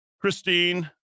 Christine